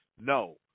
No